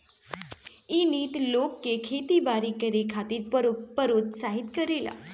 इ नीति लोग के खेती बारी करे खातिर प्रोत्साहित करेले